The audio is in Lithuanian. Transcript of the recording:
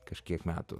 kažkiek metų